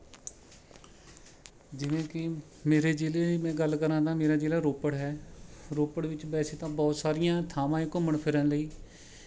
ਜਿਵੇਂ ਕਿ ਮੇਰੇ ਜ਼ਿਲ੍ਹੇ ਮੈਂ ਗੱਲ ਕਰਾਂ ਤਾਂ ਮੇਰਾ ਜ਼ਿਲ੍ਹਾ ਰੋਪੜ ਹੈ ਰੋਪੜ ਵਿੱਚ ਵੈਸੇ ਤਾਂ ਬਹੁਤ ਸਾਰੀਆਂ ਥਾਵਾਂ ਹੈ ਘੁੰਮਣ ਫਿਰਨ ਲਈ